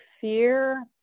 fear